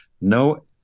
no